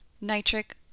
nitric